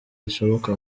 zishoboka